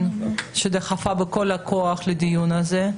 על כך שדחפה בכל הכוח לקיום הדיון הזה.